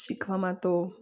શીખવામાં તો